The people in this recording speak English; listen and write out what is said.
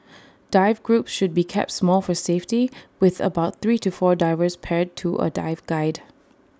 dive groups should be kept small for safety with about three to four divers paired to A dive guide